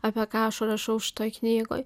apie ką aš rašau šitoj knygoj